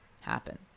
happen